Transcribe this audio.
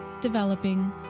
developing